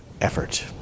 effort